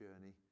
journey